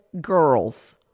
girls